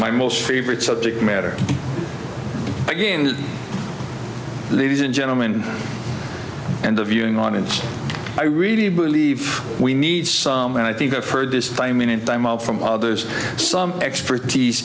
my most favorite subject matter again ladies and gentlemen and the viewing audience i really believe we need and i think i've heard this time in time out from others some expertise